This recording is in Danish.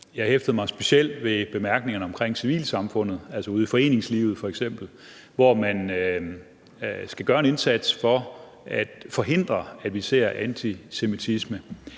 Jeg hæftede mig specielt ved bemærkningerne omkring civilsamfundet, altså f.eks. ude i foreningslivet, hvor man skal gøre en indsats for at forhindre, at vi ser antisemitisme.